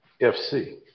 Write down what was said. FC